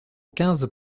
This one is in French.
quinze